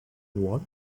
what